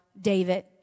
David